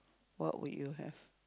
what would you have